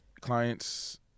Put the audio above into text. clients